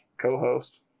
co-host